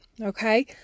okay